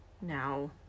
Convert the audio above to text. now